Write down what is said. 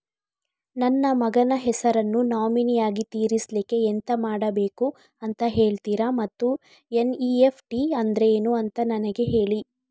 ನನ್ನ ಮಗನ ಹೆಸರನ್ನು ನಾಮಿನಿ ಆಗಿ ಸೇರಿಸ್ಲಿಕ್ಕೆ ಎಂತ ಮಾಡಬೇಕು ಅಂತ ಹೇಳ್ತೀರಾ ಮತ್ತು ಎನ್.ಇ.ಎಫ್.ಟಿ ಅಂದ್ರೇನು ಅಂತ ನನಗೆ ಹೇಳಿ